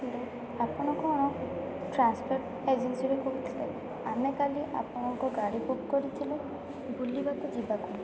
ଆପଣ କ'ଣ ଟ୍ରାନ୍ସପୋର୍ଟ ଏଜେନ୍ସିରୁ କହୁଥିଲେ ଆମେ କାଲି ଆପଣଙ୍କ ଗାଡି ବୁକ୍ କରିଥିଲୁ ବୁଲିବାକୁ ଯିବାକୁ